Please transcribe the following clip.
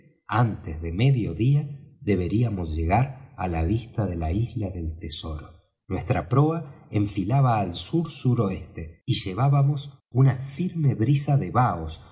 antes de medio día deberíamos llegar á la vista de la isla del tesoro nuestra proa enfilaba al sur suroeste y llevábamos una firme brisa de baos